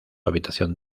habitación